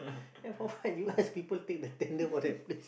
then for what you ask people take the tender for that place